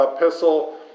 epistle